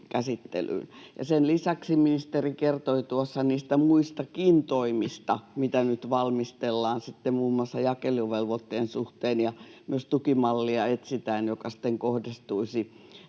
käsittelyyn. Sen lisäksi ministeri kertoi tuossa niistä muistakin toimista, mitä nyt valmistellaan sitten muun muassa jakeluvelvoitteen suhteen, ja myös etsitään tukimallia, joka sitten kohdistuisi